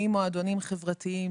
מועדונים חברתיים,